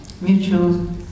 mutual